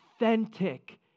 authentic